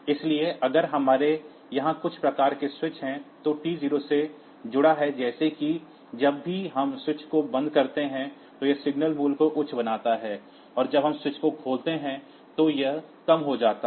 इसलिए अगर हमारे यहां कुछ प्रकार के स्विच हैं तो T0 से जुड़ा है जैसे कि जब भी हम स्विच को बंद करते हैं तो यह सिग्नल मूल्य को उच्च बनाता है और जब हम स्विच को खोलते हैं तो यह कम हो जाता है